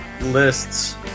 lists